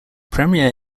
premier